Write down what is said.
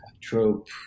trope